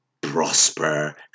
prosper